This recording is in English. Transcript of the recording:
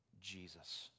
Jesus